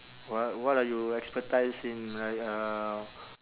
what what are you expertise in like uh